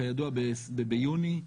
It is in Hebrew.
כידוע ביוני,